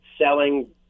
selling